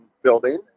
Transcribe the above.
building